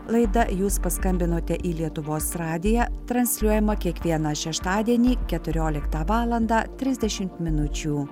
laida jūs paskambinote į lietuvos radiją transliuojama kiekvieną šeštadienį keturioliktą valandą trisdešimt minučių